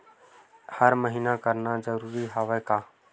हर महीना करना जरूरी हवय का?